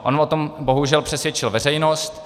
On o tom bohužel přesvědčil veřejnost.